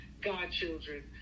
godchildren